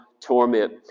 torment